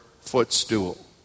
footstool